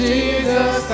Jesus